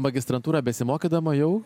magistratūrą besimokydama jau